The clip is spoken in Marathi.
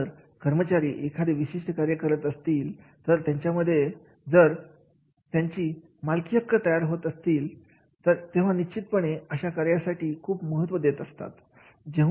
जर कर्मचारी एखादे विशिष्ट कार्य करत असतील तर त्यामध्ये त्यांची माहिती हक्क तयार होत असते तेव्हा निश्चितपणे ते अशा कार्यासाठी खूप महत्त्व देत असतात